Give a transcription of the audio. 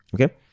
okay